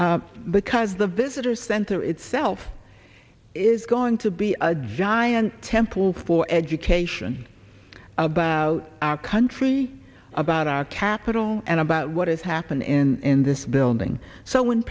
it because the visitor's center itself is going to be a giant temple for education about our country about our capital and about what is happening in this building so when